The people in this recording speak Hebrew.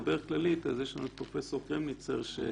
יש לך התנגדות לפרופ' קרמניצר?